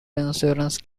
insurance